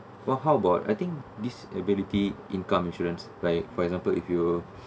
well how about I think disability income insurance by for example if you